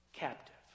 captive